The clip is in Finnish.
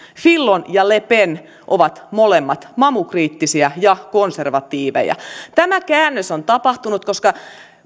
fillon ja le pen ovat molemmat mamukriittisiä ja konservatiiveja tämä käännös on tapahtunut koska